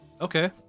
Okay